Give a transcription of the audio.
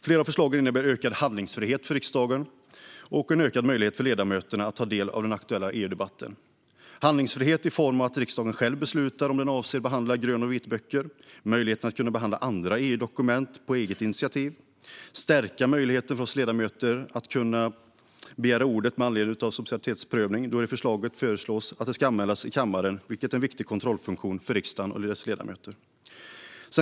Flera av förslagen innebär en ökad handlingsfrihet för riksdagen och ökad möjlighet för ledamöterna att ta del av den aktuella EU-debatten. Det är handlingsfrihet i form av att riksdagen själv beslutar om den avser att behandla grön och vitböcker, möjligheten att behandla andra EU-dokument på eget initiativ och stärkt möjlighet för oss ledamöter att begära ordet med anledning av subsidiaritetsprövning då anmälan i kammaren föreslås, vilket är en viktig kontrollfunktion för riksdagen och dess ledamöter.